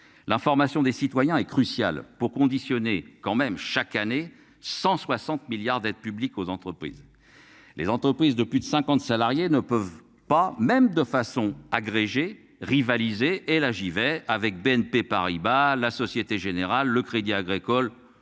L'information des citoyens est crucial pour conditionner quand même chaque année 160 milliards d'aides publiques aux entreprises. Les entreprises de plus de 50 salariés ne peuvent pas même de façon agrégé rivaliser et là j'y vais avec BNP Paribas, la Société générale, le Crédit Agricole